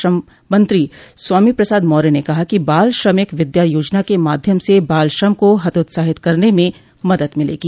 श्रम मंत्री स्वामी प्रसाद मौर्य ने कहा कि बाल श्रमिक विद्या योजना के माध्यम से बाल श्रम को हतात्साहित करने में मदद मिलेगी